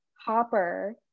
Hopper